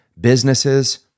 businesses